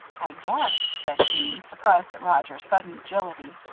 i guess, said jeanne, surprised at roger's sudden agility,